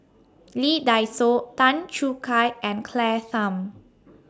Lee Dai Soh Tan Choo Kai and Claire Tham